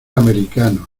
americanos